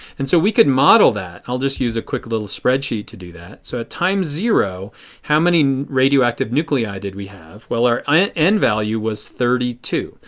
and so we could model that. i will just use a quick little spreadsheet to do that. so at time zero how many radioactive nuclei did we have? well our ah n value was thirty two.